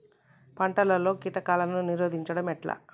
పంటలలో కీటకాలను నిరోధించడం ఎట్లా?